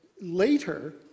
later